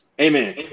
Amen